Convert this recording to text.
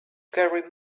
carrying